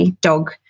dog